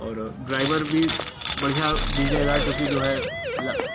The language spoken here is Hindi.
और ड्राइवर भी बढ़िया दिजिएगा क्योंकि जो है ल